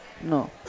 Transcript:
No